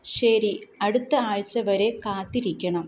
ശരി അടുത്ത ആഴ്ച വരെ കാത്തിരിക്കണം